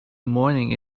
morning